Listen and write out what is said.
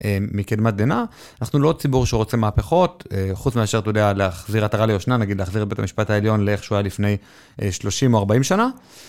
מקדמת דינה. אנחנו לא ציבור שרוצה מהפכות, חוץ מאשר תודה להחזיר אתרה ליושנה, נגיד להחזיר את בית המשפט העליון לאיך שהוא היה לפני 30 או 40 שנה.